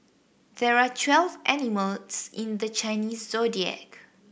there are twelve animals in the Chinese Zodiac